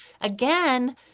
again